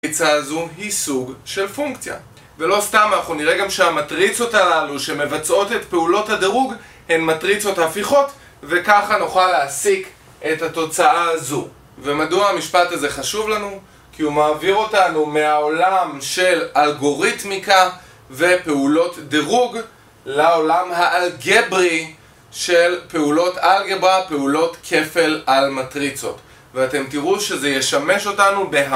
המטריצות הזו היא סוג של פונקציה ולא סתם, אנחנו נראה גם שהמטריצות הללו שמבצעות את פעולות הדירוג הן מטריצות הפיכות וככה נוכל להסיק את התוצאה הזו. ומדוע המשפט הזה חשוב לנו? כי הוא מעביר אותנו מהעולם של אלגוריתמיקה ופעולות דירוג לעולם האלגברי של פעולות אלגברה, פעולות כפל על מטריצות ואתם תראו שזה ישמש אותנו בהחלט